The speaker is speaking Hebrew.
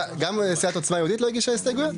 גם סיעת עוצמה יהודית לא הגישה הסתייגויות?